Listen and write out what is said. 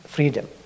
Freedom